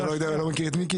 אתה לא מכיר את מיקי?